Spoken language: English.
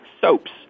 soaps